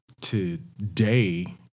today